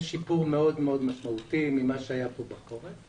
יש שיפור מאוד מאוד משמעותי לעומת מה שהיה כאן בחורף.